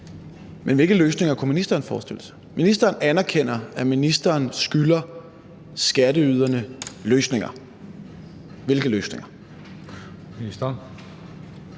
Men hvilke løsninger kunne ministeren forestille sig? Ministeren anerkender, at ministeren skylder skatteyderne løsninger. Hvilke løsninger?